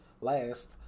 last